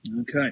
Okay